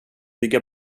bygga